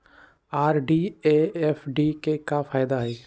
RD आ FD के कि फायदा हई?